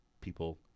people